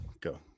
Go